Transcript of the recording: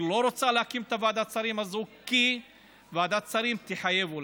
היא לא רוצה להקים את ועדת השרים הזאת כי ועדת השרים תחייב,